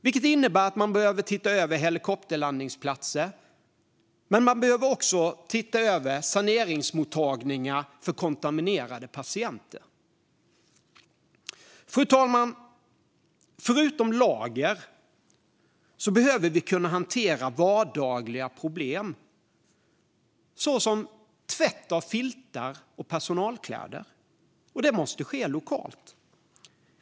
Det innebär att man behöver titta över helikopterlandningsplatser, och man behöver även se över saneringsmottagningar för kontaminerade patienter. Fru talman! Förutom lager behöver vi kunna hantera vardagliga problem, såsom tvätt av filtar och personalkläder. Det måste ske lokalt.